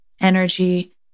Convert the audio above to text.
energy